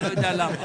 אני לא יודע למה.